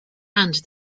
and